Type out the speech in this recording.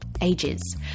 ages